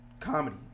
Comedy